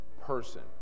person